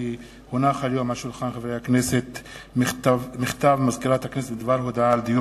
כי הונח היום על שולחן הכנסת מכתב ממזכירת הכנסת בדבר הודעה על דיון